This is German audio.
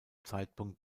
zeitpunkt